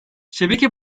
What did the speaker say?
şebeke